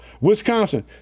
Wisconsin